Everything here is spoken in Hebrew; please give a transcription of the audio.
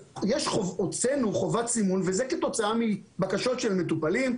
הוצאנו חובת סימון וזה כתוצאה מבקשות של מטופלים,